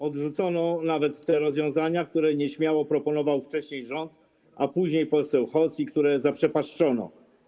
Odrzucono nawet te rozwiązania, które nieśmiało proponował wcześniej rząd, a później poseł Hoc, które zaprzepaszczono.